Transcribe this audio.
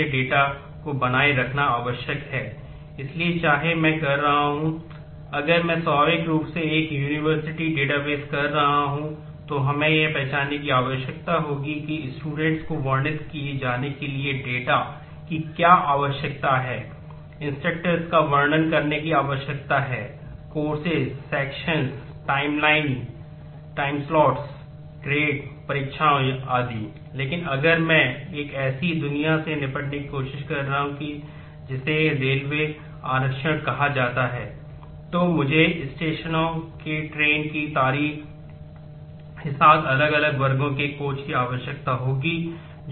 database design के साथ अलग अलग वर्गों के कोच की आवश्यकता होगी जो ट्रेन में है और इसी तरह